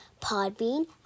Podbean